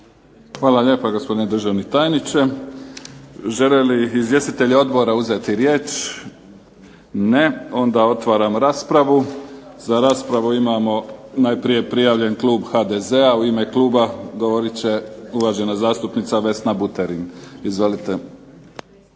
Hvala lijepa gospodine državni tajniče. Žele li izvjestitelji Odbora uzeti riječ? Ne. Onda otvaram raspravu. Za raspravu imamo najprije prijavljen Klub HDZ-a, u ime Kluba govoriti će uvažena zastupnica Vesna Buterin. Izvolite.